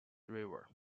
river